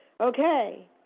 Okay